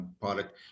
product